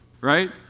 right